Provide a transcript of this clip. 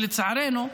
ולצערנו,